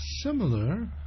Similar